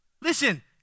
Listen